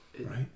Right